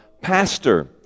pastor